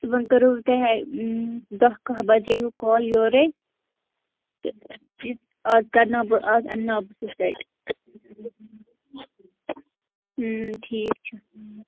صُبحَن کَرہو بہٕ تۄہہِ دَہ کَاہ بَجے ہِیٛوٗ کال یورَے تہٕ اَز کَرناو بہٕ اَز اَنٕناو بہٕ سُہ سیٹ ٹھیٖک چھُ